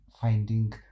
finding